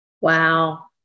Wow